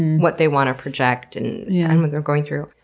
what they want to project and yeah and what they're going through.